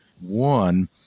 one